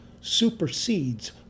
supersedes